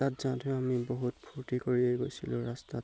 তাত যাওঁতেও আমি বহুত ফূৰ্তি কৰিয়ে গৈছিলোঁ ৰাস্তাত